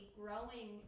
growing